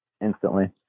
instantly